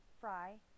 Fry